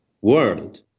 world